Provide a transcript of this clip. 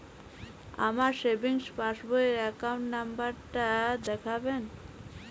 আমার সেভিংস পাসবই র অ্যাকাউন্ট নাম্বার টা দেখাবেন?